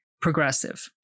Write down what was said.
progressive